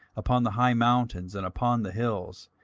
upon the high mountains, and upon the hills,